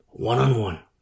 One-on-one